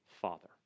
Father